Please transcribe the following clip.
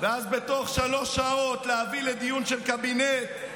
ואז בתוך שלוש שעות להביא לדיון של הקבינט,